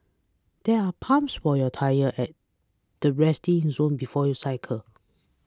there are pumps for your tyres at the resting zone before you cycle